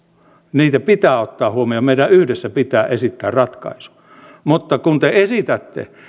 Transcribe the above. niitä pitää ottaa huomioon meidän yhdessä pitää esittää ratkaisuja mutta te esitätte